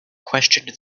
questioned